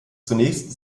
zunächst